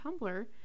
Tumblr